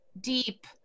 deep